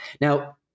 Now